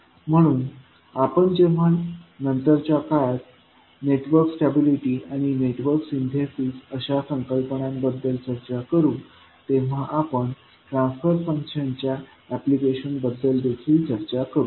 म्हणून आपण जेव्हा नंतरच्या काळात नेटवर्क स्टॅबिलिटी आणि नेटवर्क सिंथेसिस अशा संकल्पनांबद्दल चर्चा करू तेव्हा आपण ट्रान्सफर फंक्शनच्या एप्लीकेशन बद्दल देखील चर्चा करू